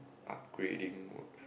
upgrading works